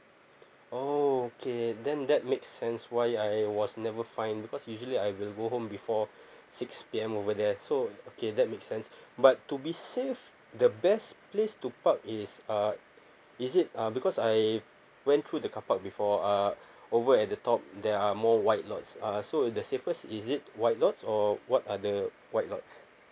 oh okay then that makes sense why I was never fine because usually I will go home before six P_M over there so okay that makes sense but to be safe the best place to park is uh is it um because I went through the carpark before uh over at the top there are more white lots err so the safest is it white lots or what are the white lots